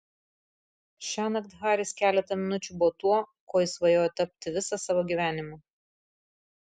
šiąnakt haris keletą minučių buvo tuo kuo jis svajojo tapti visą savo gyvenimą